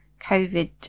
COVID